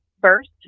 first